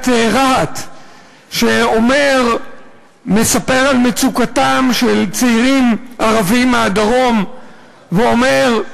רהט שמספר על מצוקתם של צעירים ערבים מהדרום ואומר: